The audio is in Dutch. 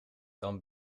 dan